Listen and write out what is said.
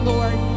Lord